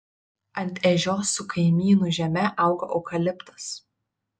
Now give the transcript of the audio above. ant ežios su kaimynų žeme augo eukaliptas